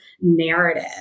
narrative